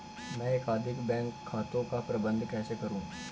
मैं एकाधिक बैंक खातों का प्रबंधन कैसे करूँ?